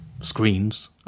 screens